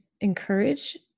encourage